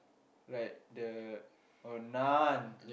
right the oh nun